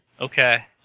Okay